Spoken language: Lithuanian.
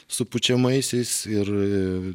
su pučiamaisiais ir